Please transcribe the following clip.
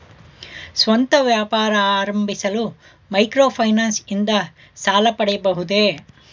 ಸ್ವಂತ ವ್ಯಾಪಾರ ಆರಂಭಿಸಲು ಮೈಕ್ರೋ ಫೈನಾನ್ಸ್ ಇಂದ ಸಾಲ ಪಡೆಯಬಹುದೇ?